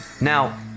Now